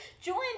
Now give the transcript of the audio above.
join